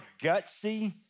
gutsy